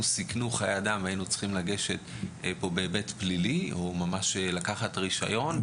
סיכנו חיי אדם והיינו צריכים לגשת בהיבט פלילי או ממש לקחת להם את הרישיון.